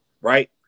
right